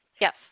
Yes